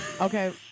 Okay